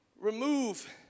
remove